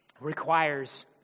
requires